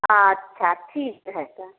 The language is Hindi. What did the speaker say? अच्छा ठीक है तो